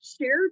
shared